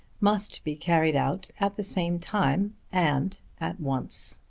must be carried out at the same time and at once.